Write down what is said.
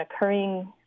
occurring